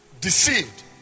Deceived